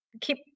keep